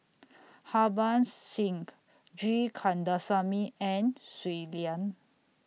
Harbans Singh G Kandasamy and Shui Lan